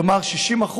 כלומר 60%,